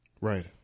right